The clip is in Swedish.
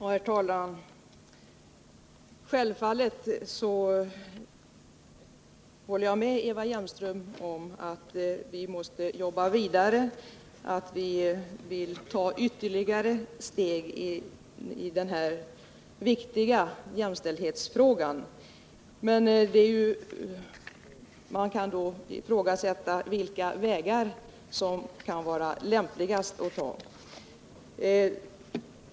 Herr talman! Självfallet håller jag med Eva Hjelmström om att vi måste jobba vidare och ta ytterligare steg i den här viktiga jämställdhetsfrågan, men man kan ifrågasätta vilka vägar som är de lämpligaste.